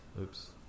Oops